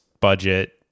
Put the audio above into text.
budget